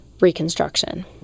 reconstruction